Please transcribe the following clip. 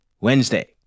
Wednesday